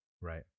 Right